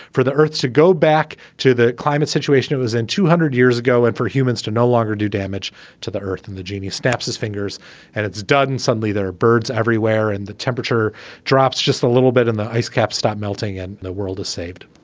for the earth's to go back to the climate situation it was in two hundred years ago. and for humans to no longer do damage to the earth and the genie snaps his fingers and it's done. and suddenly there are birds everywhere and the temperature drops just a little bit in the ice cap. stop melting and the world is saved.